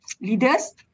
leaders